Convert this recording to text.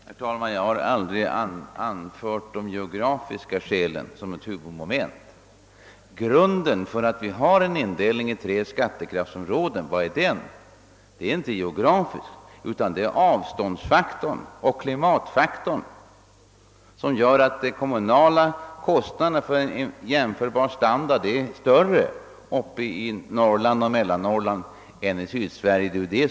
Herr talman! Jag har aldrig anfört geografiska skäl som ett huvudmoment. Att vi har en indelning i tre skattekraftsområden beror inte på den geografiska faktorn utan på avståndsoch klimatfaktorerna, som inverkar så att de kommunala kostnaderna för att åstadkomma jämförbar standard är större i mellersta och övre Norrland än i Sydsverige.